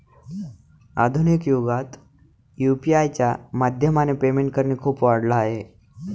आधुनिक युगात यु.पी.आय च्या माध्यमाने पेमेंट करणे खूप वाढल आहे